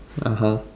(uh huh)